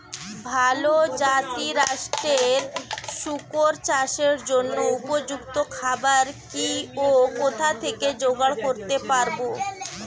ভালো জাতিরাষ্ট্রের শুকর চাষের জন্য উপযুক্ত খাবার কি ও কোথা থেকে জোগাড় করতে পারব?